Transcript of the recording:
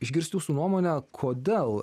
išgirsti jūsų nuomone kodėl